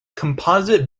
composite